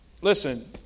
Listen